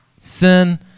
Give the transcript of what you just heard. Sin